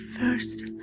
first